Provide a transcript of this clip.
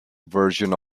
version